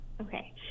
Okay